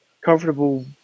comfortable